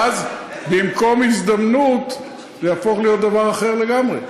ואז במקום הזדמנות זה יהפוך להיות דבר אחר לגמרי.